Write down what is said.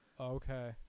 Okay